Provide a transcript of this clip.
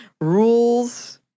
rules